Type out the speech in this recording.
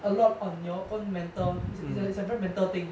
a lot on your own mental it's a it's a very mental thing